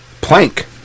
plank